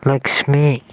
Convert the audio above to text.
Lakshmi